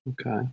okay